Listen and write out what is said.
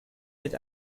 mit